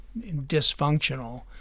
dysfunctional